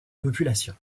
population